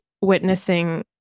witnessing